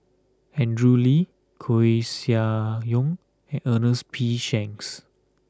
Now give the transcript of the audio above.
Andrew Lee Koeh Sia Yong and Ernest P Shanks